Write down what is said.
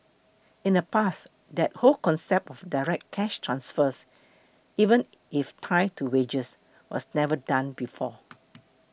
in the past that whole concept of direct cash transfers even if tied to wages was never done before